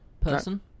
Person